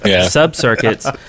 sub-circuits